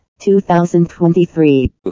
2023